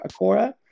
Akora